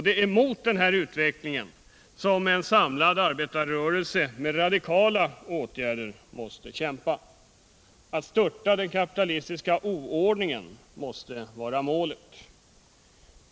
Det är mot denna utveckling som en samlad arbetarrörelse måste kämpa med radikala åtgärder. Att störta den kapitalistiska oordningen måste vara målet.